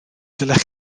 dylech